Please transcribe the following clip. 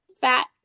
fat